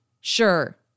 Sure